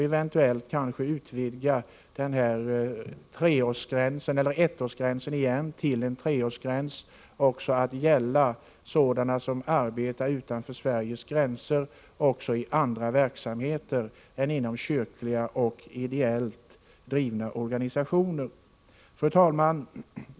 Eventuellt måste vi då utvidga ettårsgränsen till en treårsgräns och till att gälla dem som arbetar utanför Sverige i andra verksamheter än inom kyrkliga och ideellt drivna organisationer. Fru talman!